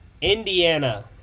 Indiana